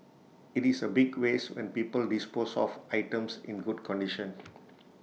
IT is A big waste when people dispose of items in good condition